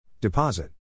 Deposit